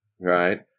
Right